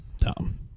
Tom